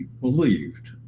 believed